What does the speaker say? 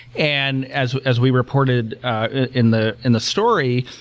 and as as we reported in the in the story,